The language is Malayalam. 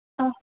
ആ